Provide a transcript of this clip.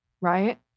Right